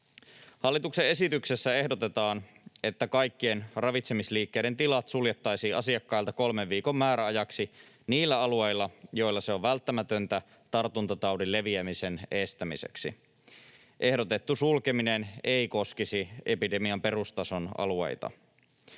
Hallituksen esityksessä ehdotetaan, että kaikkien ravitsemisliikkeiden tilat suljettaisiin asiakkailta kolmen viikon määräajaksi niillä alueilla, joilla se on välttämätöntä tartuntataudin leviämisen estämiseksi. Ehdotettu sulkeminen ei koskisi epidemian perustason alueita.